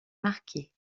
marquée